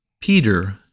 Peter